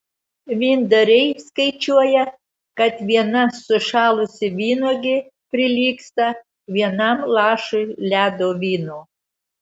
vyndariai skaičiuoja kad viena sušalusi vynuogė prilygsta vienam lašui ledo vyno